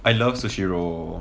I love sushiro